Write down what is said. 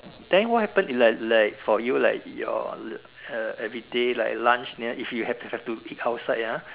then what happen if like like for you like your uh everyday like lunch near if you have have to eat outside ah